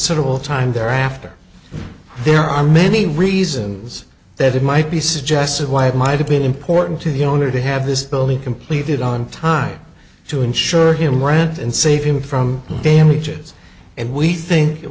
considerable time thereafter there are many reasons that it might be suggested why it might have been important to the owner to have this building completed on time to insure him rent and save him from damages and we think it